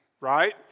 Right